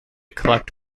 collect